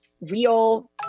real